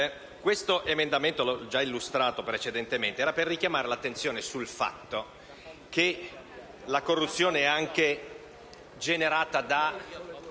questo emendamento, che ho già illustrato precedentemente, è volto a richiamare l'attenzione sul fatto che la corruzione a volte è anche generata da